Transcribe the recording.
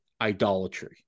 idolatry